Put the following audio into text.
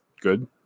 good